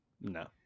No